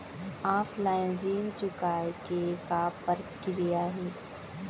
Offline ऋण चुकोय के का प्रक्रिया हे?